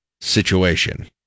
situation